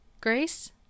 Grace